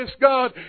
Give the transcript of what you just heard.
God